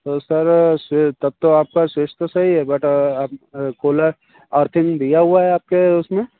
तो सर स तब तो आपका स्विच तो सही है बट आप कूलर अर्थिंग दिया हुआ है आपके उसमें